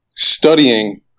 studying